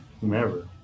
whomever